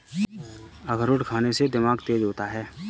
अखरोट खाने से दिमाग तेज होता है